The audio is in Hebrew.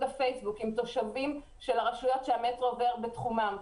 הפייסבוק עם תושבים של הרשויות שהמטרו עובר בתחומן.